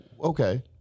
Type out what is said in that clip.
okay